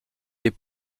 des